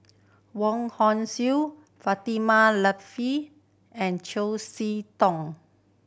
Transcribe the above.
Wong Hong Suen Fatimah and See Tong